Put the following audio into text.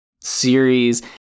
series